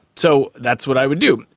so that's what i would do.